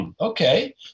okay